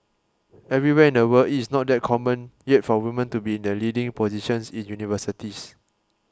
everywhere in the world it is not that common yet for women to be in the leading positions in universities